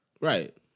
Right